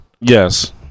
Yes